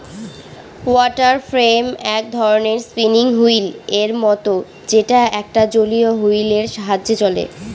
water frame এক ধরনের spinning wheel এর মত যেটা একটা জলীয় হুইল এর সাহায্যে চলে